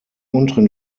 unteren